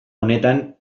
honetan